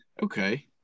Okay